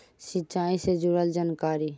सिंचाई से जुड़ल जानकारी?